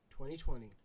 2020